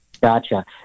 Gotcha